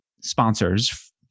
sponsors